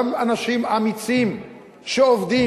של אותם אנשים אמיצים עובדים,